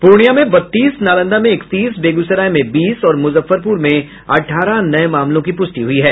पूर्णियां में बत्तीस नालंदा में इकतीस बेगूसराय में बीस और मुजफ्फरपुर में अठारह नये मामलों की प्रष्टि हुई है